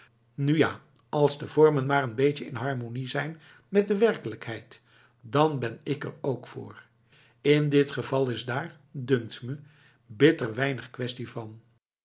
ja als de vormen maar n beetje in harmonie zijn met de werkelijkheid dan ben ik er ook voor in dit geval is daar dunkt me bitter weinig kwestie vanf